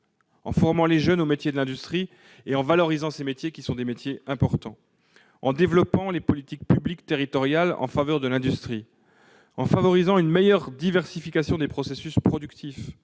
en formant les jeunes aux métiers de l'industrie et en valorisant ces métiers importants, en développant les politiques publiques territoriales en faveur de l'industrie, en favorisant une meilleure diversification des processus productifs,